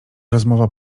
rozmowa